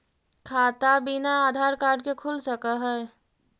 खाता बिना आधार कार्ड के खुल सक है?